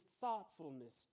thoughtfulness